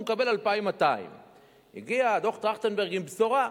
הוא מקבל 2,200. הגיע דוח-טרכטנברג עם בשורה: